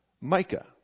Micah